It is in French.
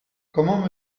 comment